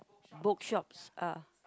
bookshops ah